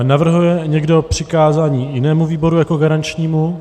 Navrhuje někdo přikázání jinému výboru jako garančnímu?